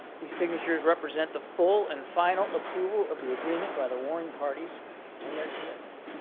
these signatures represent the full and final approval of the agreement by the warring parties and their commitment.